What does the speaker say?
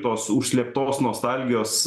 tos užslėptos nostalgijos